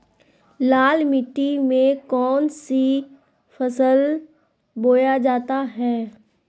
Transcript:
लाल मिट्टी में कौन सी फसल बोया जाता हैं?